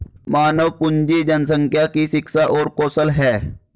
मानव पूंजी जनसंख्या की शिक्षा और कौशल है